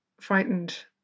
frightened